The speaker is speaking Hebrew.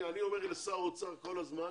אני אומר לשר האוצר כל הזמן